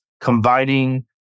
combining